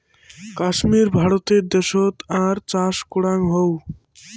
কাশ্মীর ভারতে দ্যাশোত আর চাষ করাং হউ